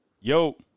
Yo